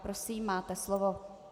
Prosím, máte slovo.